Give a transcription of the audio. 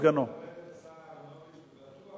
של הכתבה אף פעם לא נמסרו לערכאות,